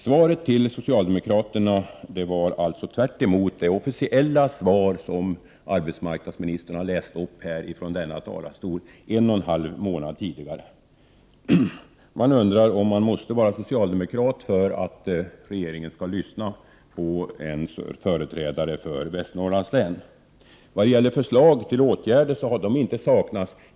Svaret till socialdemokraterna var alltså tvärtemot det officiella svar som arbetsmarknadsministern hade läst upp ifrån denna talarstol en och en halv månad tidigare. Man undrar om man måste vara socialdemokrat för att regeringen skall lyssna på en företrädare för Västernorrlands län. Förslag till åtgärder har inte saknats.